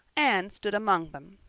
anne stood among them,